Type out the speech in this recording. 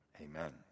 amen